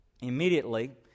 Immediately